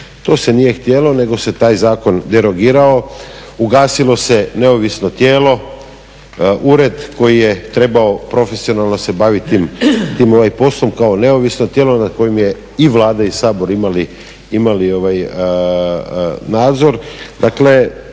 to se nije htjelo, nego se taj zakon derogirao, ugasilo se neovisno tijelo, ured koji je trebao profesionalno se baviti tim poslom kao neovisno tijelo na kojem je i Vlada i Sabor imali nadzor.